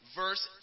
verse